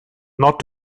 not